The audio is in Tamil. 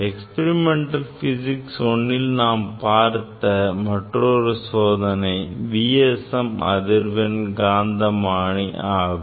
Experimental physics Iல் நாம் பார்த்த மற்றொரு சோதனை VSM அதிர்வு காந்தமானி ஆகும்